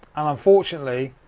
unfortunately,